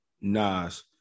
Nas